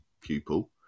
pupil